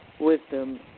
wisdom